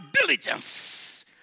diligence